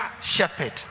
shepherd